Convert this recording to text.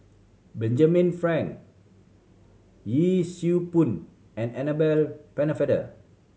Benjamin Frank Yee Siew Pun and Annabel Pennefather